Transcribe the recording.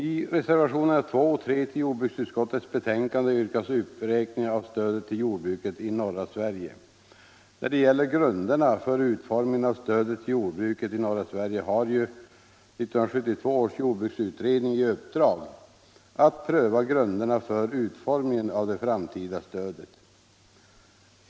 utredning har ju i uppdrag att pröva grunderna för utformningen av det Nr 106 framtida stödet till jordbruket i norra Sverige.